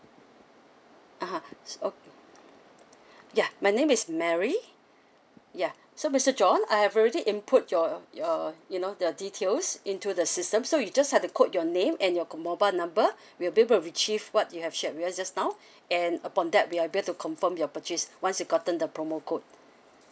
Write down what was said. a'ah okay ya my name is mary ya so mister john I have already input your your you know the details into the system so you just have to quote your name and your mobile number we'll be able to retrieve what you have shared with us just now and upon that we are be able to confirm your purchase once you gotten the promo code